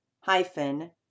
hyphen